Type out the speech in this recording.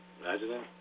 Imagine